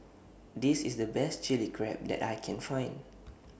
This IS The Best Chilli Crab that I Can Find